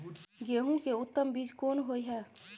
गेहूं के उत्तम बीज कोन होय है?